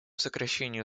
сокращению